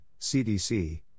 CDC